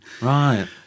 Right